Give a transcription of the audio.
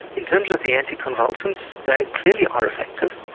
in terms of the anticonvulsants, they clearly are effective.